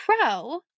pro